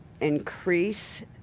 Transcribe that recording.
increase